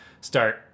start